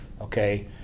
okay